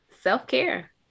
self-care